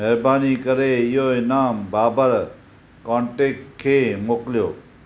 महिरबानी करे इहो ईनामु बाबर कॉन्टेक्ट खे मोकिलियो